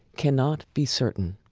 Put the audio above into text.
cannot be certain.